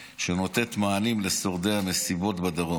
שנותנת מענים לשורדי המסיבות בדרום.